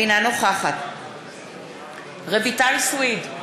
אינה נוכחת רויטל סויד,